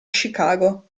chicago